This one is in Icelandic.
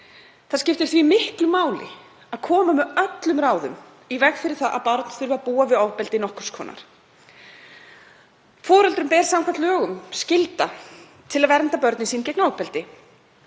Það skiptir því miklu máli að koma með öllum ráðum í veg fyrir að barn þurfi að búa við nokkurs konar ofbeldi. Foreldrum ber samkvæmt lögum skylda til að vernda börnin sín gegn ofbeldi.